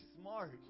smart